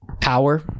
power